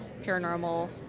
paranormal